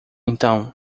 então